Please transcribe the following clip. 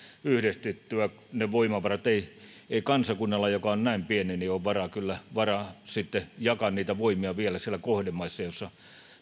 yhdistettyä ne voimavarat ei ei kansakunnalla joka on näin pieni ole varaa jakaa niitä voimiaan vielä siellä kohdemaissa joissa